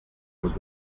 los